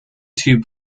two